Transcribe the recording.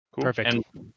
perfect